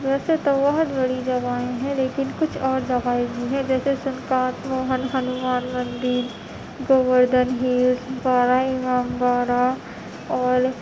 ویسے تو بہت بڑی جگہیں ہیں لیکن کچھ اور جگہیں بھی ہیں جیسے سم کانت موہن ہنومان مندر گووردھن ہیلس بڑا امام باڑہ اور